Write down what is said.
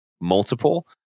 multiple